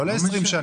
לא ל-20 שנה.